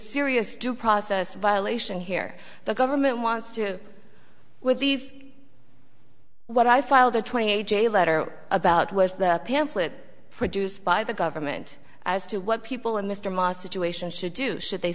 serious due process violation here the government wants to do with these what i filed a twenty a j letter about was the pamphlet produced by the government as to what people in mr maher situation should do should they